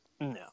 No